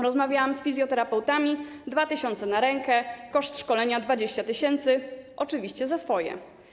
Rozmawiałam z fizjoterapeutami, 2 tys. na rękę, koszt szkolenia 20 tys., oczywiście za swoje.